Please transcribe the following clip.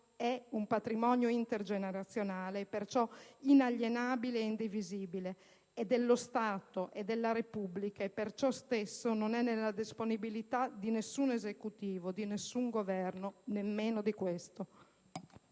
è un patrimonio intergenerazionale e perciò inalienabile e indivisibile: appartiene allo Stato e alla Repubblica e per ciò stesso non è nella disponibilità di nessun Esecutivo, di nessun Governo, nemmeno di questo.